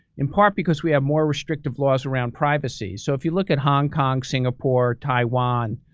in part because we have more restrictive laws around privacy. so, if you look at hong kong, singapore, taiwan,